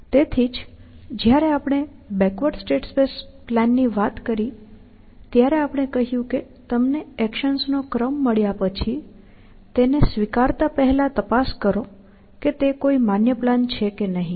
તેથી જ જ્યારે આપણે બેકવર્ડ સ્ટેટ સ્પેસ પ્લાન ની વાત કરી ત્યારે આપણે કહ્યું કે તમને એક્શન્સનો ક્રમ મળ્યા પછી તેને સ્વીકારતા પહેલા તપાસ કરો કે તે કોઈ માન્ય પ્લાન છે કે નહીં